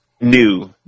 new